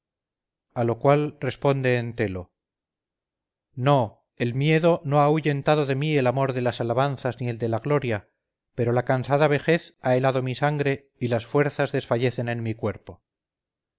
a lo cual responde entelo no el miedo no ha ahuyentado de mi el amor de las alabanzas ni el de la gloria pero la cansada vejez ha helado mi sangre y las fuerzas desfallecen en mi cuerpo